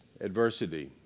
adversity